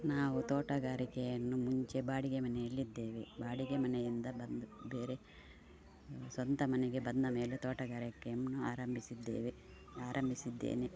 ನಾವು ತೋಟಗಾರಿಕೆಯನ್ನು ಮುಂಚೆ ಬಾಡಿಗೆ ಮನೆಯಲ್ಲಿದ್ದೇವೆ ಬಾಡಿಗೆ ಮನೆಯಿಂದ ಬಂದು ಬೇರೆ ಸ್ವಂತ ಮನೆಗೆ ಬಂದ ಮೇಲೆ ತೋಟಗಾರಿಕೆಯನ್ನು ಆರಂಭಿಸಿದ್ದೇವೆ ಆರಂಭಿಸಿದ್ದೇನೆ